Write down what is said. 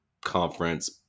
conference